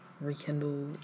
rekindle